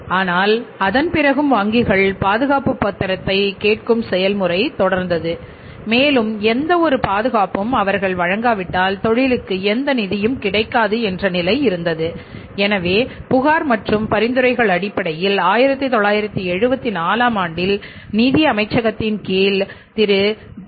ஆனால் அதன் பிறகும் வங்கிகள் பாதுகாப்புப் பத்திரத்தைக் கேட்கும் செயல்முறை தொடர்ந்தது மேலும் எந்தவொரு பாதுகாப்பையும் அவர்கள் வழங்காவிட்டால் தொழிலுக்கு எந்த நிதியும் கிடைக்காது என்ற நிலை இருந்தது எனவே புகார் மற்றும் பரிந்துரைகள் அடிப்படையில் 1974 ஆம் ஆண்டில் நிதி அமைச்சகத்தின் கீழ் திரு பி